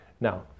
now